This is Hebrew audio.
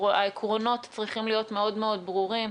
העקרונות צריכים להיות מאוד מאוד ברורים.